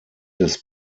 des